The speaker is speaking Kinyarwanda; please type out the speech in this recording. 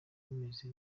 bimeze